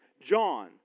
John